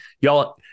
Y'all